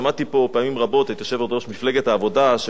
מפלגת העבודה מדברת על פערים בשכר,